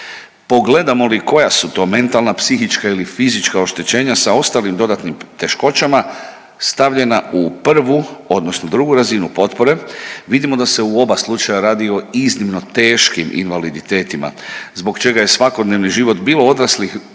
Pogledamo li koja su to mentalna, psihička ili fizička oštećenja sa ostalim dodatnim teškoćama stavljena u prvu, odnosno drugu razinu potpore, vidimo da se u oba slučaja radi o iznimno teškim invaliditetima, zbog čega je svakodnevni život, bilo odraslih osoba,